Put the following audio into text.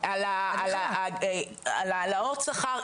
על ההעלאות שכר,